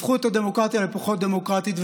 הפכו את הדמוקרטיה לפחות דמוקרטית.